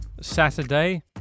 Saturday